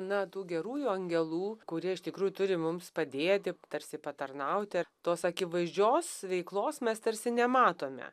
na tų gerųjų angelų kuri iš tikrųjų turi mums padėti tarsi patarnauti tos akivaizdžios veiklos mes tarsi nematome